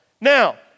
Now